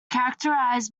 characterized